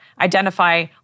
identify